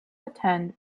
attend